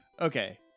Okay